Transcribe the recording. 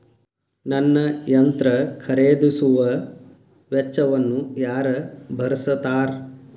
ನನ್ನ ಯಂತ್ರ ಖರೇದಿಸುವ ವೆಚ್ಚವನ್ನು ಯಾರ ಭರ್ಸತಾರ್?